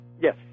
Yes